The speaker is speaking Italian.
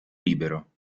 libero